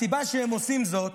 הסיבה שהם עושים זאת,